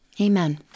Amen